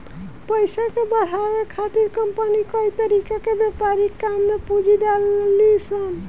पइसा के बढ़ावे खातिर कंपनी कई तरीका के व्यापारिक काम में पूंजी डलेली सन